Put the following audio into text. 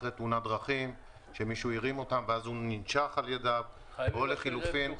אחרי תאונת דרכים שמישהו הרים אותם וננשך על-ידו או לחילופין